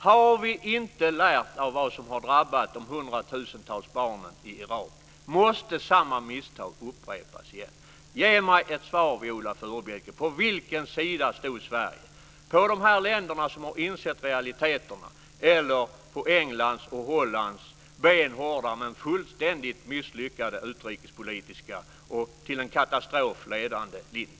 Har vi inte lärt oss av vad som har drabbat de hundratusentals barnen i Irak? Måste samma misstag upprepas? Ge mig ett svar, Viola Furubjelke: På vilken sida stod Sverige? Var det på de länders sida som har insett realiteterna, eller var det på Englands och Hollands benhårda men fullständigt misslyckade utrikespolitiska, till katastrof ledande, linje?